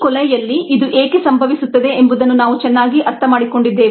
coli ಯಲ್ಲಿ ಇದು ಏಕೆ ಸಂಭವಿಸುತ್ತದೆ ಎಂಬುದನ್ನು ನಾವು ಚೆನ್ನಾಗಿ ಅರ್ಥಮಾಡಿಕೊಂಡಿದ್ದೇವೆ